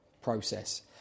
process